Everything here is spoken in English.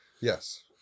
Yes